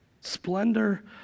Splendor